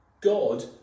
God